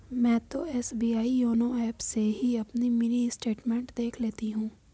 मैं तो SBI YONO app से ही अपनी मिनी स्टेटमेंट देख लेती हूँ